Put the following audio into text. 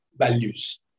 values